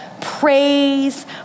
praise